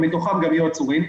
ומתוכם גם יהיו עצורים.